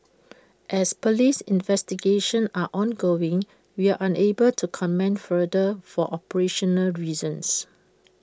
as Police investigations are ongoing we are unable to comment further for operational reasons